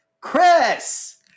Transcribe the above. chris